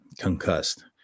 concussed